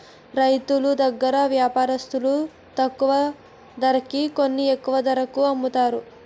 రైతులు దగ్గర వ్యాపారస్తులు తక్కువ ధరకి కొని ఎక్కువ ధరకు అమ్ముతారు